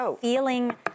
feeling